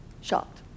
shocked